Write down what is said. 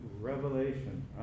Revelation